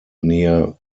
near